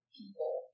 people